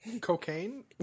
Cocaine